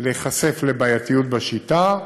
להיחשף לבעייתיות בשיטה,